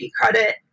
credit